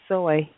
Soy